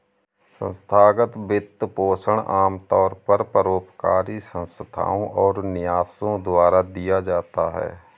संस्थागत वित्तपोषण आमतौर पर परोपकारी संस्थाओ और न्यासों द्वारा दिया जाता है